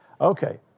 Okay